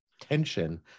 tension